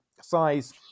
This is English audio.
size